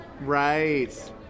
Right